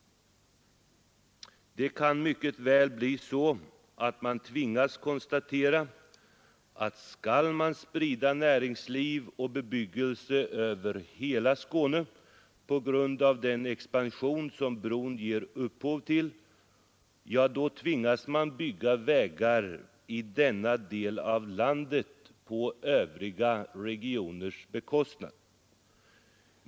Det kan mycket väl bli så att man tvingas konstatera att skall man sprida näringsliv och bebyggelse över hela Skåne på grund av den expansion som bron ger upphov till — ja, då tvingas man bygga vägar i denna del av landet på övriga regioners bekostnad.